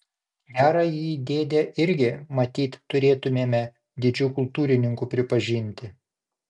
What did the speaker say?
gerąjį dėdę irgi matyt turėtumėme didžiu kultūrininku pripažinti